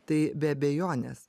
tai be abejonės